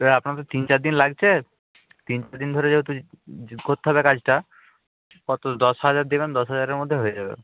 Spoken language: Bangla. আপনার তো তিন চার দিন লাগছে তিন চার দিন ধরে যেহেতু করতে হবে কাজটা কত দশ হাজার দেবেন দশ হাজারের মধ্যে হয়ে যাবে